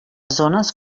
zones